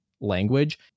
language